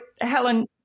Helen